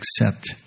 accept